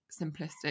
simplistic